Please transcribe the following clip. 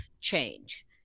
change